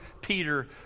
Peter